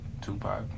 Tupac